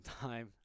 time